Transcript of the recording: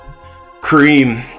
Cream